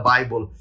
Bible